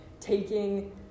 taking